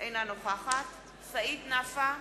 אינה נוכחת סעיד נפאע,